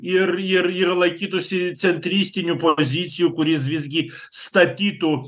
ir ir ir laikytųsi centristinių pozicijų kuris visgi statytų